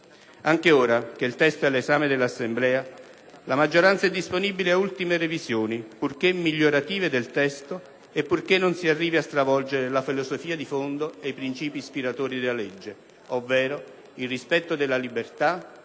Anche ora, che il testo è all'esame dell'Assemblea, la maggioranza è disponibile ad ultime revisioni, purché migliorative del testo e purché non si arrivi a stravolgere la filosofia di fondo e i principi ispiratori della legge, ovvero il rispetto della libertà,